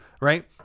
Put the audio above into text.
right